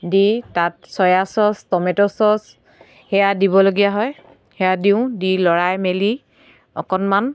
দি তাত soya sauce tomato sauce সেয়া দিব লগীয়া হয় সেয়া দিওঁ দি লৰাই মেলি অকণমান